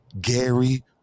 Gary